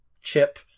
Chip